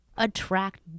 attract